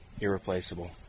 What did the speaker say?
irreplaceable